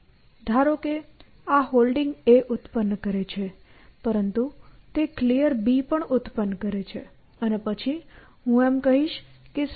ધારો કે આ Holding ઉત્પન્ન કરે છે પરંતુ તે Clear પણ ઉત્પન્ન કરે છે અને પછી હું એમ કહીશ કે StackXB